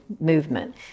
movement